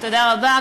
תודה רבה.